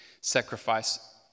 Sacrifice